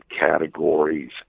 categories